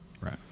Right